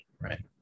right